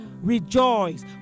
rejoice